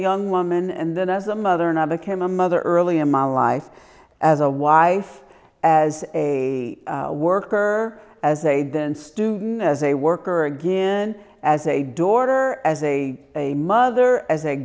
young woman and then as a mother and i became a mother early in my life as a wife as a worker as a than student as a worker again as a daughter as a a mother as a